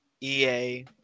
EA